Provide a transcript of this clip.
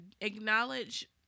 acknowledge